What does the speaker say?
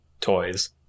toys